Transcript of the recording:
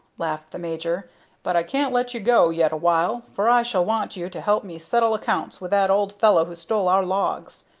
laughed the major but i can't let you go yet a while, for i shall want you to help me settle accounts with that old fellow who stole our logs.